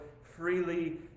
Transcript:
freely